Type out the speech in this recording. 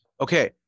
okay